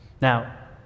Now